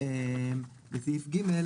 בסעיף קטן